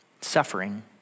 suffering